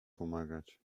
pomagać